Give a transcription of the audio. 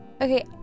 Okay